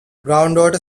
groundwater